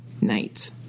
night